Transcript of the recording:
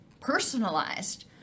personalized